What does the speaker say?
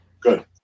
good